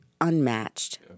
unmatched